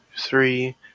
three